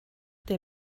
der